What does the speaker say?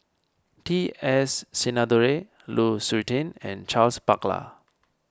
T S Sinnathuray Lu Suitin and Charles Paglar